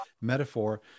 metaphor